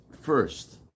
first